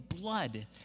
blood